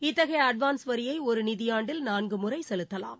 இத்தகைய அட்வான்ஸ் வரியை ஒரு நிதியாண்டில் நான்கு முறை செலுத்தலாம்